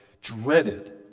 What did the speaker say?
dreaded